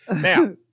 Now